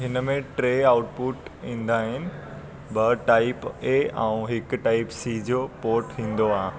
हिन में टे आउटपुट ईंदा आहिनि ॿ टाइप ए ऐं हिकु टाइप सी जो पोट ईंदो आहे